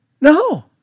No